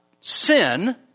sin